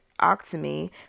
octomy